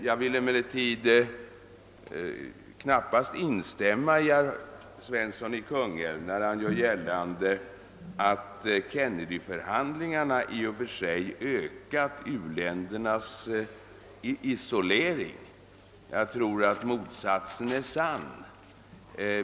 Jag vill emellertid knappast instämma med honom när han gör gällande att Kennedyförhandlingarna i och för sig ökat u-ländernas isolering. Jag tror att motsatsen är sann.